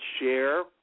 share